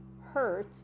hurt